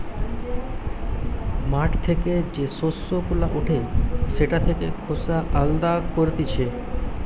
মাঠ থেকে যে শস্য গুলা উঠে সেটা থেকে খোসা আলদা করতিছে